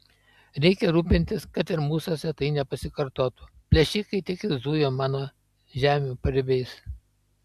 reikia rūpintis kad ir mūsuose tai nepasikartotų plėšikai tik ir zuja mano žemių paribiais